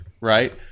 right